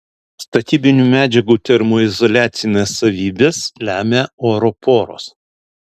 statybinių medžiagų termoizoliacines savybes lemia oro poros